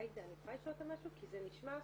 כי זה נשמע,